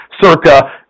circa